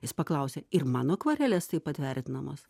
jis paklausė ir mano akvarelės taip pat vertinamos